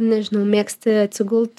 nežinau mėgsti atsigult